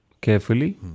carefully